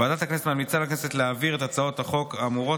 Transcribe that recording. ועדת הכנסת ממליצה לכנסת להעביר את הצעות החוק האמורות